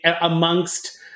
amongst